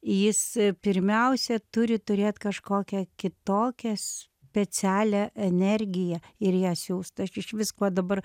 jis pirmiausia turi turėt kažkokią kitokią specialią energiją ir ją siųst aš išvis kuo dabar